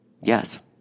yes